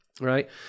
Right